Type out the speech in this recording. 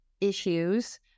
issues